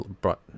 brought